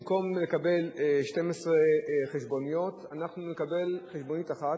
במקום לקבל 12 חשבוניות, אנחנו נקבל חשבונית אחת.